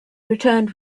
returned